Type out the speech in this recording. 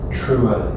truer